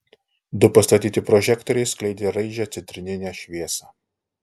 du pastatyti prožektoriai skleidė raižią citrininę šviesą